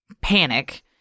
panic